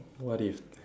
what if